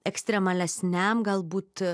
ekstremalesniam galbūt